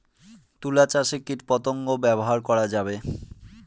তুলা চাষে কীটপতঙ্গ ব্যবহার করা যাবে?